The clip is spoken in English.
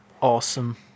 awesome